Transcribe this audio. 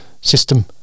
system